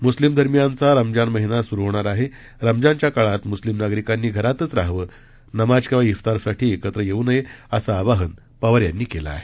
मुस्लिम धर्मियांचा रमजान महिना सुरू होणार आहे रमजानच्या काळात मुस्लिम नागरिकांनी घरातच राहावं नमाज किंवा इफ्तारसाठी एकत्र येऊ नये असं आवाहन पवार यांनी केलं आहे